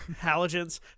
halogens